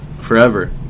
forever